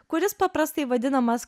kuris paprastai vadinamas